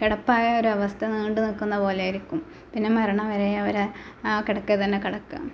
കിടപ്പായ ഒരവസ്ഥ നീണ്ട് നിൽക്കുന്നത് പോലായിരിക്കും പിന്നെ മരണം വരെയങ്ങ് ആ കിടക്കയിൽ തന്നെ കിടക്കും